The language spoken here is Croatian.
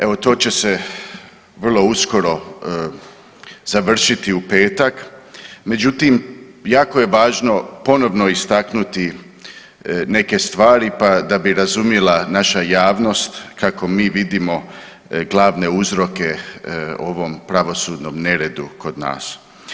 Evo to će se vrlo uskoro završiti u petak, međutim jako je važno ponovno istaknuti neke stvari pa da bi razumjela naša javnost kako mi vidimo glavne uzroke ovom pravosudnom neredu kod nas.